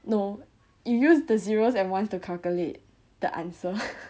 no you use the zeros and ones to calculate the answer